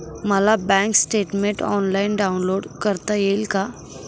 मला bank statement offline download करता येईल का?